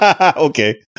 Okay